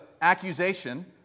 accusation